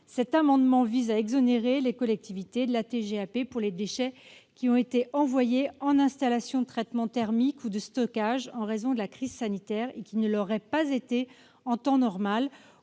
cet amendement vise à exonérer les collectivités territoriales de la TGAP pour les déchets qui ont été envoyés en installations de traitement thermique ou de stockage en raison de la crise sanitaire et qui ne l'auraient pas été en temps normal,